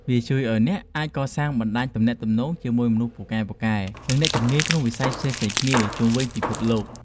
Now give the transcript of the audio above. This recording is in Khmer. វាជួយឱ្យអ្នកអាចកសាងបណ្តាញទំនាក់ទំនងជាមួយមនុស្សពូកែៗ និងអ្នកជំនាញក្នុងវិស័យផ្សេងៗគ្នាជុំវិញពិភពលោក។